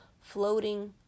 floating